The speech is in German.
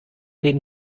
den